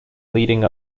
leading